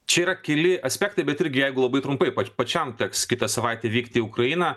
čia yra keli aspektai bet irgi jeigu labai trumpai pa pačiam teks kitą savaitę vykti į ukrainą